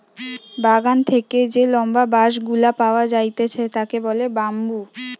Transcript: বাগান থেকে যে লম্বা বাঁশ গুলা পাওয়া যাইতেছে তাকে বলে বাম্বু